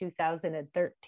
2013